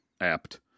apt